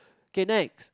K next